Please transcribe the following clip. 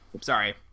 sorry